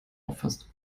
auffasst